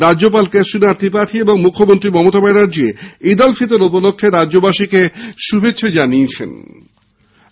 রাজ্যপাল কেশরী নাথা ত্রিপাঠী ও মুখ্যমন্ত্রী মমতা ব্যানার্জী ঈদ উল ফিতর উপলক্ষে রাজ্যবাসীকে শুভেচ্ছা জানিয়েছেন